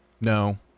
No